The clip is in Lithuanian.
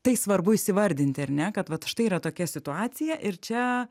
tai svarbu įsivardinti ar ne kad vat štai yra tokia situacija ir čia